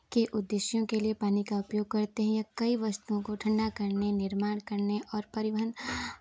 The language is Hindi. के उद्देश्यों के लिए पानी का उपयोग करते हैं या कई वस्तुओं को ठंडा करने निर्माण करने और परिवहन